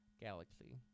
galaxy